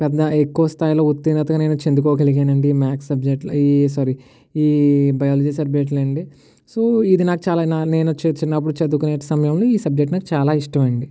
పెద్ద ఎక్కువ స్థాయిలో ఉత్తీర్ణతగా నేను చెందుకోగలిగాను అండి ఈ మ్యాథ్స్ సబ్జెక్ట్లో ఈ సారీ ఈ బయాలజీ సబ్జెక్ట్లో అండి సో ఇది నాకు చాలా నా నేను చి చిన్నప్పుడు చదువుకునే సమయంలో ఈ సబ్జెక్ట్ నాకు చాలా ఇష్టము అండి